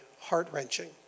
heart-wrenching